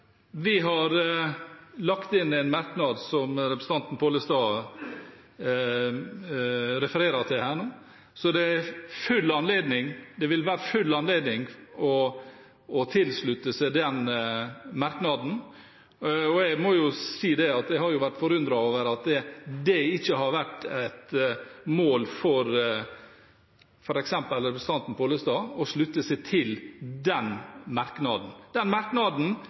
vi har lagt inn en merknad som representanten Pollestad refererer her nå, og det vil være full anledning til å slutte seg til den merknaden. Jeg må si at jeg har vært forundret over at det ikke har vært et mål for f.eks. representanten Pollestad å slutte seg til den merknaden. Den merknaden